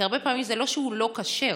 הרבה פעמים זה לא שהוא לא כשר,